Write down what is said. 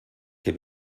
que